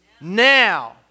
Now